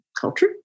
culture